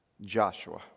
Joshua